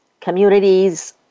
Communities